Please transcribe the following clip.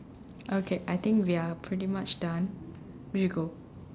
okay I think we are pretty much done we should go